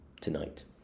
tonight